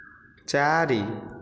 ଚାରି